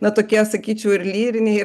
na tokie sakyčiau ir lyriniai